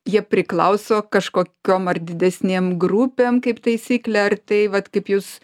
jie priklauso kažkokiom ar didesnėm grupėm kaip taisyklė ar tai vat kaip jūs